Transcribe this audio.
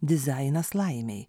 dizainas laimei